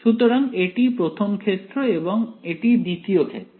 সুতরাং এটি প্রথম ক্ষেত্র এবং এটি দ্বিতীয় ক্ষেত্র